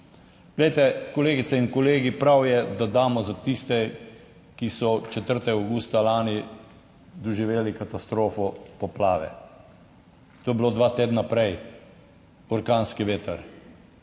Glejte kolegice in kolegi, prav je, da damo za tiste, ki so 4. avgusta lani doživeli katastrofo poplave. To je bilo dva tedna prej, orkanski veter,